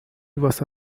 واسه